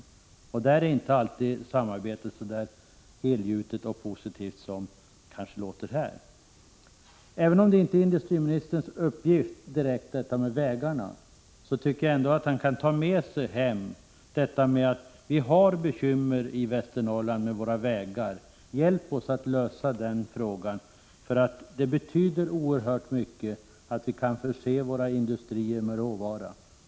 Hemma i länet är inte 149 samarbetet alltid så helgjutet och positivt som det kanske låter här. Även om detta med vägar inte direkt är industriministerns uppgift tycker jag ändå att han kan ta med sig härifrån vetskapen att vi i Västernorrlands län har bekymmer med våra vägar. Hjälp oss att lösa den frågan! Det betyder oerhört mycket att vi kan förse våra industrier med råvara.